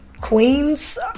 queens